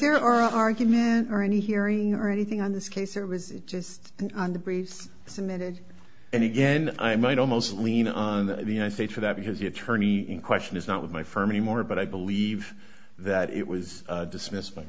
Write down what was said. your argument or any hearing or anything on this case or was it just on the briefs submitted and again i might almost lean on the united states for that because the attorney in question is not with my firm anymore but i believe that it was dismissed by